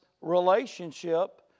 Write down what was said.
relationship